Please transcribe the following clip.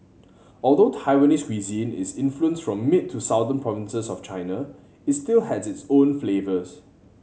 although Taiwanese cuisine is influenced from mid to southern provinces of China it still has its own flavours